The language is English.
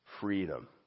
Freedom